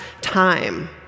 time